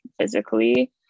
physically